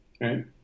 Right